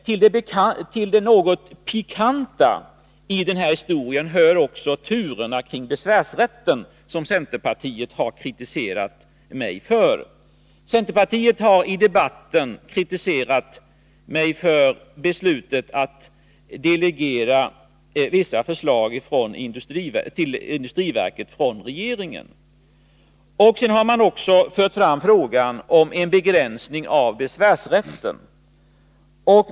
Till det något pikanta i den här historien hör också turerna kring besvärsrätten, som centerpartiet har kritiserat mig för. Centerpartiet har i debatten kritiserat mig för beslutet att delegera vissa ärenden från regeringen till industriverket. Sedan har man också fört fram frågan om en begränsning av besvärsrätten.